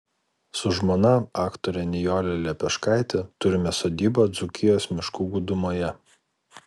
su žmona aktore nijole lepeškaite turime sodybą dzūkijos miškų gūdumoje